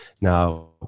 Now